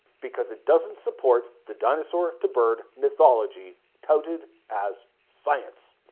because it doesn't support the dinosaur to bird mythology touted as science.